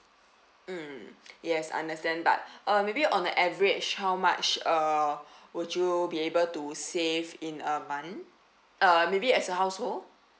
mm yes understand but uh maybe on the average how much uh would you be able to save in a month uh maybe as a household